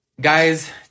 Guys